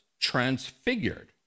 transfigured